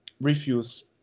reviews